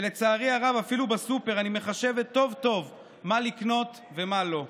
ולצערי הרב אפילו בסופר אני מחשבת טוב טוב מה לקנות ומה לא.